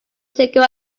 singer